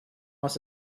must